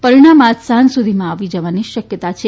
પરિણામ સાંજ સુધીમાં આવી જવાની શક્યતા છે